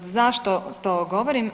Zašto to govorim?